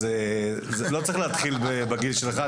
אז זה לא צריך להתחיל בגיל שלך,